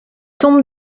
tombe